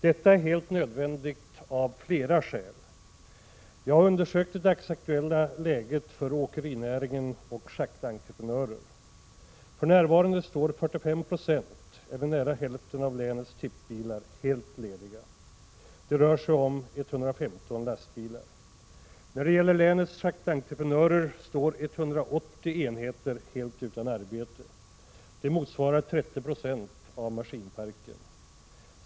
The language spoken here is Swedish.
Detta är helt nödvändigt av flera skäl. Jag har undersökt det dagsaktuella läget för åkerinäringen och schaktentreprenörer. För närvarande står 45 9, eller nära hälften, av länets tippbilar helt lediga. Det rör sig om 115 lastbilar. När det gäller länets schaktentreprenörer står 180 enheter helt utan arbete. Det motsvarar 30 96 av maskinparken.